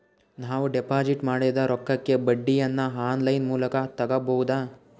ನಾವು ಡಿಪಾಜಿಟ್ ಮಾಡಿದ ರೊಕ್ಕಕ್ಕೆ ಬಡ್ಡಿಯನ್ನ ಆನ್ ಲೈನ್ ಮೂಲಕ ತಗಬಹುದಾ?